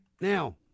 now